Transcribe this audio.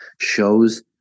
shows